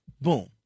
Boom